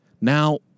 Now